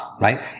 right